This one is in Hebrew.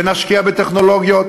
ונשקיע בטכנולוגיות,